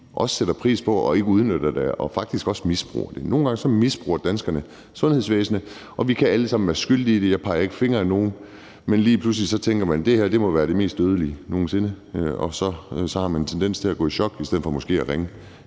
også sætter pris på det og ikke udnytter det og faktisk heller ikke misbruger det. Nogle gange misbruger danskerne sundhedsvæsenet, og vi kan alle sammen være skyldige i det. Jeg peger ikke fingre ad nogen. Men lige pludselig tænker man: Det her må være det mest dødelige nogen sinde. Og så har man en tendens til at gå i chok i stedet for måske at ringe